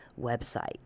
website